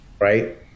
right